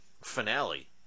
finale